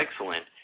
excellent